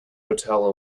hotel